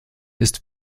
ist